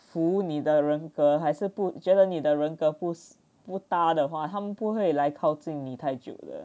服务你的人格还是不觉得你的人格不不 da 的话他们不会来靠近你太久的